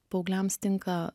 paaugliams tinka